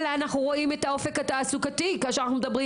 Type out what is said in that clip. אלא אנחנו רואים את האופק התעסוקתי כאשר אנחנו מדברים